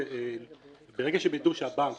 ברגע שהם יידעו שהבנק